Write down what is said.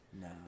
No